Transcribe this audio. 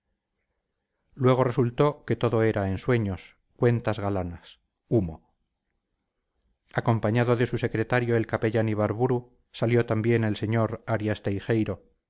luego resultó que todo era ensueños cuentas galanas humo acompañado de su secretario el capellán ibarburu salió también el sr arias teijeiro